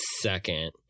second